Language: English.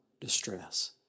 distress